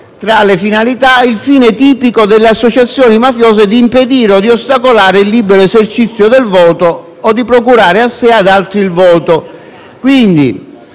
tra le finalità, il fine tipico dell'associazione mafiosa di impedire o di ostacolare il libero esercizio del voto o di procurare a sé o ad altri il voto.